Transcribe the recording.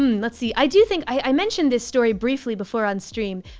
um let's see. i do think. i mentioned this story briefly before onstream,